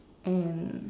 and